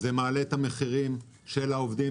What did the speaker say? זה מעלה את המחירים של העובדים.